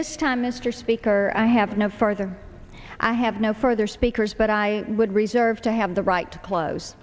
this time mr speaker i have no further i have no further speakers but i would reserve to have the right to close